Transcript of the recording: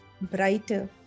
brighter